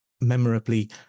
memorably